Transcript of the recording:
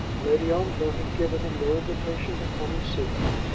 lady ongar had given him no invitation to come and see her,